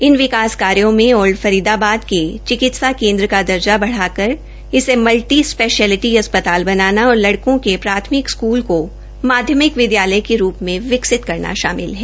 इन विकास कार्यों में ओल्ड फरीदाबाद के चिकित्सा केन्द्र का दर्जा बढाकर इसे मल्टी स्पैशियल्टी अस्पताल बनाना और लड़कों के प्राथमिक स्कूल को माध्यमिक विद्यालय के रूप में विकसित करना शामिल हैं